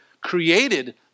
created